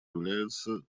являются